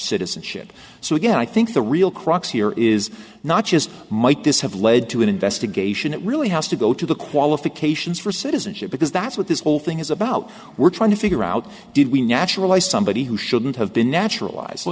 citizenship so again i think the real crux here is not just might this have led to an investigation it really has to go to the qualifications for citizenship because that's what this whole thing is about we're trying to figure out did we naturalize somebody who shouldn't have been naturalized